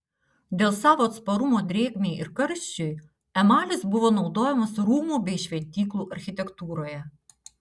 dėl savo atsparumo drėgmei ir karščiui emalis buvo naudojamas rūmų bei šventyklų architektūroje